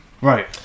Right